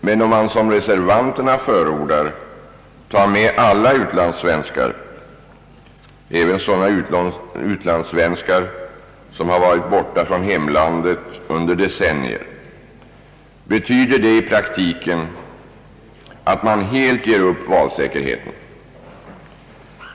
Men om man som reservanterna förordar tar med alla utlandssvenskar, även sådana som har varit borta från hemlandet under decennier, betyder det i praktiken att man helt ger upp valsäkerheten.